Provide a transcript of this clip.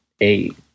eight